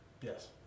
Yes